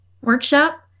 workshop